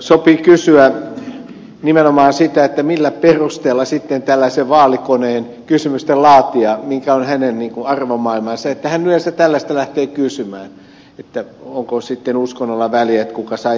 sopii kysyä nimenomaan sitä millä perusteella tällaisen vaalikoneen kysymysten laatija mikä on hänen arvomaailmansa yleensä tällaista lähtee kysymään että onko uskonnolla väliä kuka saa jäädä ja kuka ei